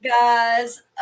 guys